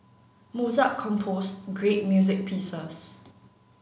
Mozart composed great music pieces